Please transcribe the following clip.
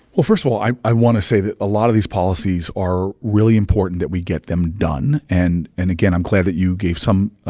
well, first of all, i i want to say that a lot of these policies are really important that we get them done. and, and again, i'm glad that you gave some